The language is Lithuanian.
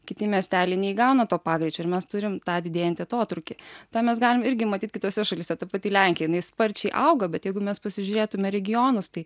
kiti miesteliai neįgauna to pagreičio ir mes turim tą didėjantį atotrūkį tą mes galim irgi matyt kitose šalyse ta pati lenkija jinai sparčiai auga bet jeigu mes pasižiūrėtume regionus tai